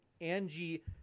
Angie